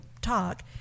talk